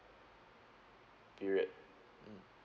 period